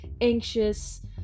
anxious